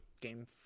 Game